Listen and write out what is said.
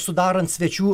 sudarant svečių